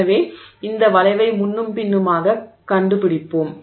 எனவே இந்த வளைவை முன்னும் பின்னுமாக கண்டுபிடிப்போம்